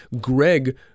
Greg